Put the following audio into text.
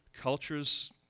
Cultures